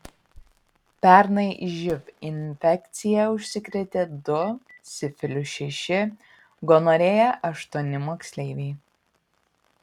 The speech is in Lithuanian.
pernai živ infekcija užsikrėtė du sifiliu šeši gonorėja aštuoni moksleiviai